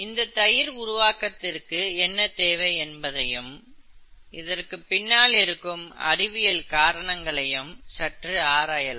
இந்த தயிர் உருவாகுவதற்கு என்ன தேவை என்பதையும் இதற்கு பின்னால் இருக்கும் அறிவியல் காரணங்களையும் சற்று ஆராயலாம்